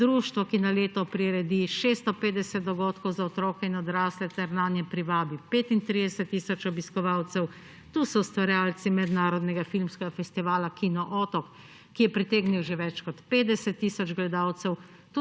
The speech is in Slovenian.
društvo, ki na leto priredi 650 dogodkov za otroke in odrasle ter nanje privabi 35 tisoč obiskovalcev, tu so ustvarjalci mednarodnega filmskega festivala Kino otok, ki je pritegnil že več kot 50 tisoč gledalcev.